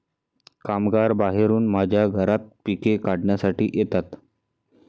कामगार बाहेरून माझ्या घरात पिके काढण्यासाठी येतात